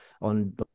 on